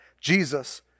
Jesus